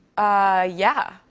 ah, yeah.